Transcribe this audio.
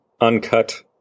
uncut